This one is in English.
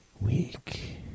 Week